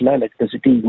electricity